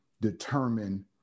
determine